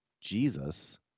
Jesus